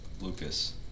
Lucas